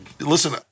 Listen